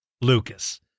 Lucas